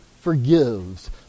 forgives